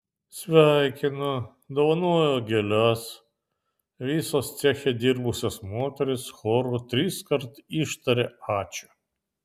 sveikino dovanojo gėles visos ceche dirbusios moterys choru triskart ištarė ačiū